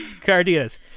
Cardenas